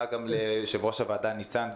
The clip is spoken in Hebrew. תודה גם ליו"ר הוועדה ניצן,